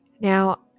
Now